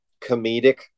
comedic